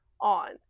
on